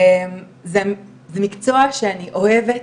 וזה מקצוע שאני אוהבת,